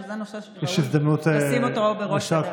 שזה נושא שראוי לשים אותו בראש סדר העדיפויות.